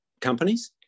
companies